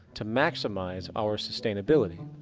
to maximize our sustainability?